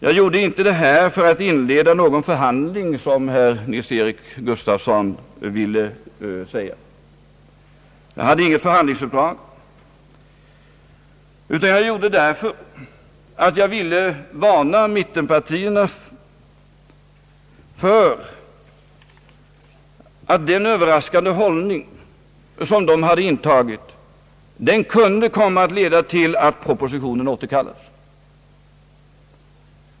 Jag gjorde inte detta för att inleda någon förhandling, som herr Nils-Eric Gustafsson ville påstå. Jag hade inget förhandlingsuppdrag, utan jag gjorde det därför att jag ville varna mittenpartierna för att den överraskande hållning som de hade intagit kunde komma att leda till att propositionen åter kallades.